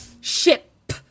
Ship